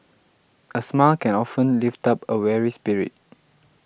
a smile can often lift up a weary spirit